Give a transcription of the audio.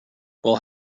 while